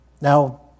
Now